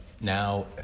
now